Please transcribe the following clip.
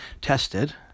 tested